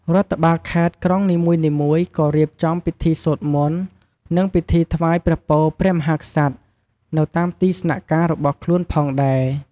រដ្ឋបាលខេត្ត-ក្រុងនីមួយៗ ក៏រៀបចំពិធីសូត្រមន្ត និងពិធីថ្វាយព្រះពរព្រះមហាក្សត្រ នៅតាមទីស្នាក់ការរបស់ខ្លួនផងដែរ។